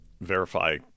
verify